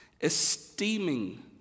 esteeming